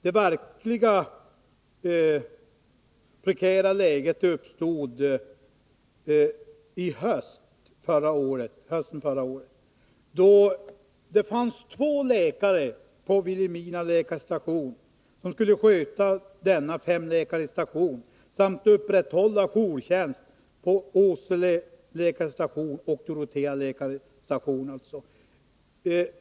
Det verkligt prekära läget uppstod i höstas då det fanns två läkare på Vilhelmina läkarstation som skulle sköta denna femläkarstation samt upprätthålla jourtjänst på Åsele läkarstation och Dorotea läkarstation.